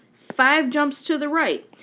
five jumps to the right.